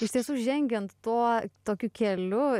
iš tiesų žengiant tuo tokiu keliu